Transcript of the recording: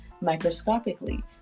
microscopically